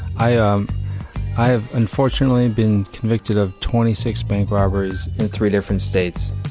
i um i have unfortunately been convicted of twenty six bank robberies in three different states.